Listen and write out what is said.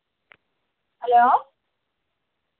hello